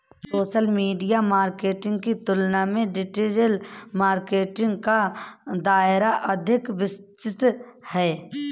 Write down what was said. social media marketing की तुलना में डिजिटल मार्केटिंग का दायरा अधिक विस्तृत है